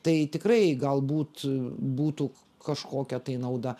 tai tikrai galbūt būtų kažkokia tai nauda